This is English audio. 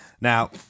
Now